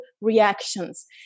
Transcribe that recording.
reactions